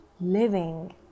living